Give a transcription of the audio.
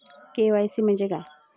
KYC म्हणजे काय?